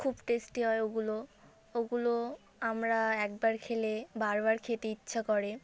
খুব টেস্টি হয় ওগুলো ওগুলো আমরা একবার খেলে বারবার খেতে ইচ্ছা করে